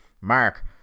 Mark